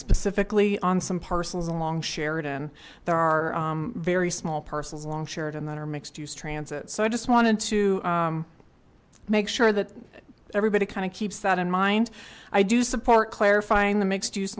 specifically on some parcels along sheridan there are very small parcels along shared and that are mixed use transit so i just wanted to make sure that everybody kind of keeps that in mind i do support clarifying the mixed use